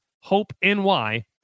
HOPE-NY